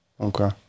Okay